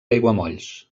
aiguamolls